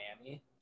Miami